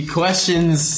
questions